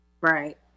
Right